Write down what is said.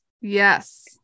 Yes